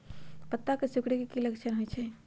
पत्ता के सिकुड़े के की लक्षण होइ छइ?